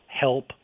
help